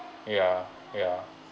ya ya